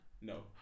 No